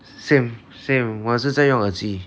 same same 我也是在用耳机